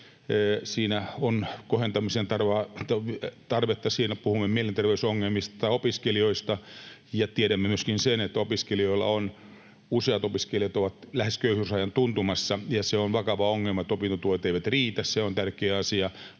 siinä on kohentamisen tarvetta, siinä puhumme mielenter-veysongelmista tai opiskelijoista. Tiedämme myöskin sen, että useat opiskelijat ovat lähes köyhyysrajan tuntumassa, ja se on vakava ongelma, että opintotuet eivät riitä. Se on tärkeä asia.